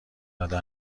داده